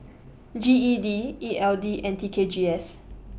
G E D E L D and T K G S